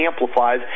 amplifies